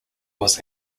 was